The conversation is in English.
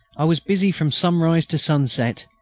i was busy from sunrise to sunset,